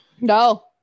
No